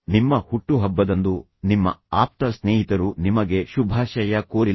ನಿಮ್ಮ ಹುಟ್ಟುಹಬ್ಬದಂದು ನಿಮ್ಮ ಆಪ್ತ ಸ್ನೇಹಿತರು ನಿಮಗೆ ಶುಭಾಶಯ ಕೋರಿಲ್ಲ